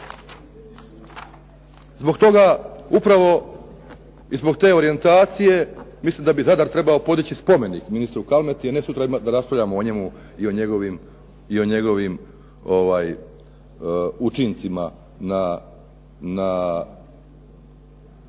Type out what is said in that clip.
Zbog toga upravo i zbog te orijentacije, mislim da bi Zadar trebao podići spomenik ministru Kalmeti a ne sutra da raspravljamo o njemu i o njegovim učincima na